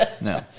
No